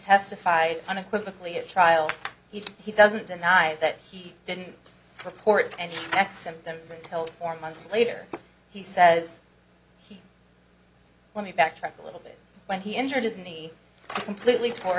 testified unequivocally at trial he he doesn't deny that he didn't report and act symptoms until four months later he says he let me backtrack a little bit when he injured his knee completely tor